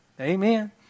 Amen